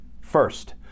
First